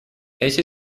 эти